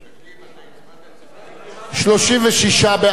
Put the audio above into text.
36 בעד, שלושה נגד, אין נמנעים.